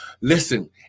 Listen